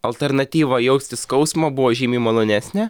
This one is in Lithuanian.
alternatyva jausti skausmą buvo žymiai malonesnė